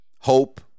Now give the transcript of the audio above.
hope